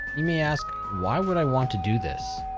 you may ask why would i want to do this?